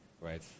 right